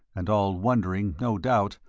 and all wondering, no doubt,